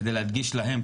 כדי להדגיש להם,